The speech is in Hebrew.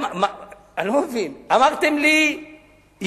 אני לא מבין אמרתם לי יהודית,